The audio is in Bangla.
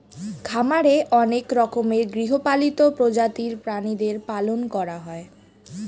খামারে অনেক রকমের গৃহপালিত প্রজাতির প্রাণীদের পালন করা হয়